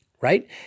right